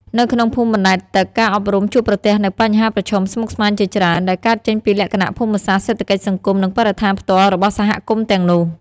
នៅក្នុងភូមិបណ្តែតទឹកការអប់រំជួបប្រទះនូវបញ្ហាប្រឈមស្មុគស្មាញជាច្រើន ដែលកើតចេញពីលក្ខណៈភូមិសាស្ត្រ សេដ្ឋកិច្ច សង្គម និងបរិស្ថានផ្ទាល់របស់សហគមន៍ទាំងនោះ។